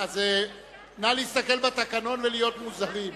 אז נא להסתכל בתקנון ולהיות מוזהרים.